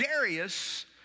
Darius